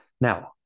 Now